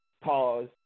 Pause